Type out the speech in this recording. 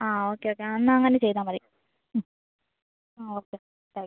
ആ okay okay ആ എന്നാൽ അങ്ങനെ ചെയ്താൽ മതി ആ ഓക്കെ താങ്ക് യൂ